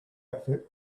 outfit